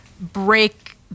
break